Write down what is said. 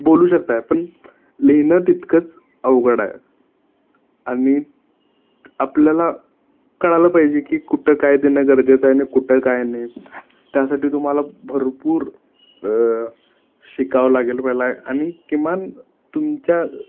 बोलू शकत आहे पण लिहिणं तितकंच अवघड आहे आणि आपल्याला कळलं पाहिजे की कुठं काय देणं गरजेचं आहे ना कुठं काय नाही त्यासाठी तुम्हाला भरपूर शिकावं लागेल पहिला आणि किमान तुमच्या